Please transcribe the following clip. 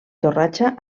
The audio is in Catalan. torratxa